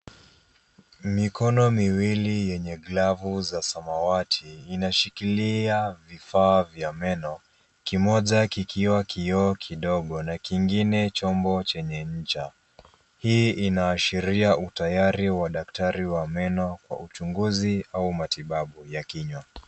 Mikono miwili yenye glavu za samawati inashikilia vifaa vya meno, kimoja kikiwa kioo kidogo, na kingine chombo chenye ncha. Hii inashiria utayari wa daktari wa meno kwa uchunguzi au matibabu ya kinywa.